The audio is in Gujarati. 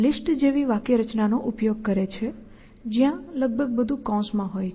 PDDL લિસ્ટ જેવી વાક્યરચના નો ઉપયોગ કરે છે જ્યાં લગભગ બધું કૌંસમાં હોય છે